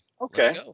Okay